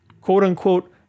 quote-unquote